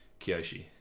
Kiyoshi